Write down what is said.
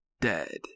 dead